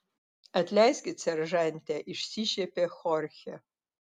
atleiskit seržante išsišiepė chorchė